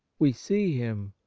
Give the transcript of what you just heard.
we see him,